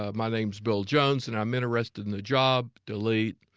ah my name's bill jones and i'm interested in the job delete.